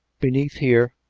beneath here,